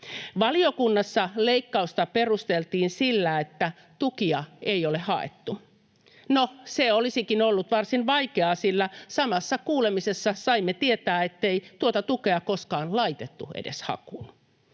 Valiokunnassa leikkausta perusteltiin sillä, että tukia ei ole haettu. No, se olisikin ollut varsin vaikeaa, sillä samassa kuulemisessa saimme tietää, ettei tuota tukea koskaan laitettu edes hakuun.